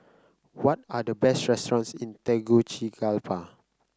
what are the best restaurants in Tegucigalpa